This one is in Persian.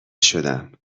شدم